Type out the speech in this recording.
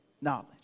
knowledge